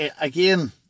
again